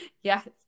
Yes